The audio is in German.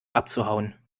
abzuhauen